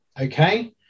Okay